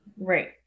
Right